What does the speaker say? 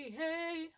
hey